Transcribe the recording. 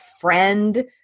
friend